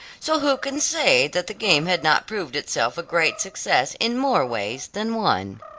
so who can say that the game had not proved itself a great success in more ways than one?